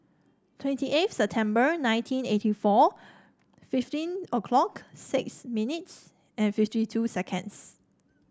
twenty eighth September nineteen eighty four fifteen O 'clock six minutes and fifty two seconds